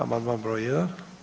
Amandman broj 1.